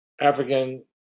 African